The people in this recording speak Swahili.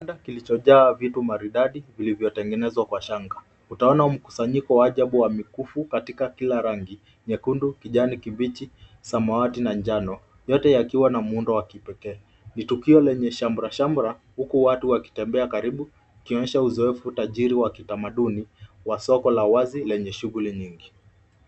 Kibanda kilichojaa vitu maridadi, vilivyotengenezwa kwa shanga. Utaona mkusanyiko wa ajabu wa mikufu, katika kila rangi, nyekundu, kijani kibichi, samawati na njano. Yote yakiwa na muundo wa kipekee. Ni tukio lenye shamra shamra, huku watu wakitembea karibu, ikionyesha uzoefu utajiri wakitamaduni wa soko la wazi, lenye shughuli nyingi.